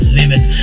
living